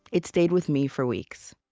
it stayed with me for weeks